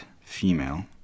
female